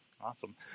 Awesome